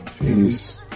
Peace